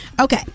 okay